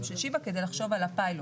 של שיבא בתל השומר כדי לחשוב על הפיילוט,